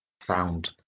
found